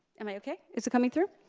um i okay? is it coming through?